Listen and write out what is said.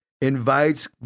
invites